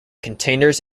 containers